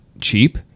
cheap